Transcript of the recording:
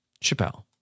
Chappelle